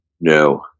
No